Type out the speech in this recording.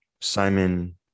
Simon